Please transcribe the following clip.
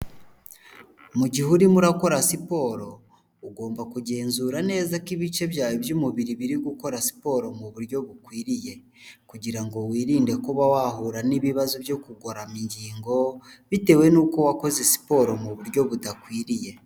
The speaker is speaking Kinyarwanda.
Mu gihe urimo ukora siporo, ugomba kugenzura neza ko ibice byawe by'umubiri biri gukora siporo mu buryo bukwiriye, kugira ngo wirinde kuba wahura n'ibibazo byo kugorama ingingo, bitewe n'uko wakoze siporo mu buryo budakwiriye.